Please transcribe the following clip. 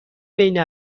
بین